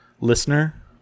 listener